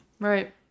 Right